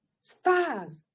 Stars